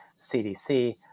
CDC